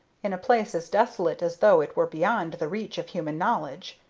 in a place as desolate as though it were beyond the reach of human knowledge.